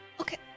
Okay